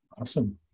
Awesome